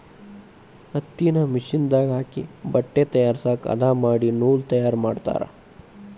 ಹತ್ತಿನ ಮಿಷನ್ ದಾಗ ಹಾಕಿ ಬಟ್ಟೆ ತಯಾರಸಾಕ ಹದಾ ಮಾಡಿ ನೂಲ ತಯಾರ ಮಾಡ್ತಾರ